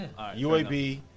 UAB